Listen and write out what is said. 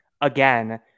again